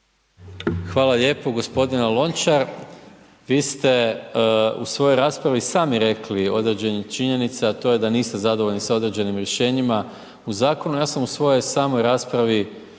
Hvala lijepo. Gospodine Lončar, vi ste u svojoj raspravi sami rekli određene činjenice a to je da niste zadovoljni sa određenim rješenjima u zakonu. Ja sam u svojoj samom raspravi